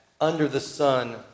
under-the-sun